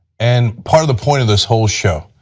and part of the point of this whole show,